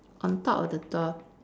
on top of the door